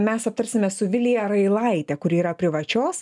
mes aptarsime su vilija railaite kuri yra privačios